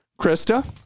Krista